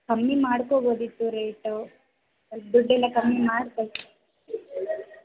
ಕಮ್ಮಿ ಮಾಡ್ಕೋಬಹುದಿತ್ತು ರೇಟ್ ದುಡ್ಡೆಲ್ಲ ಕಮ್ಮಿ ಮಾಡ್ಕೊಳ್ಳಿ